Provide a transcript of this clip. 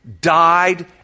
died